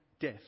death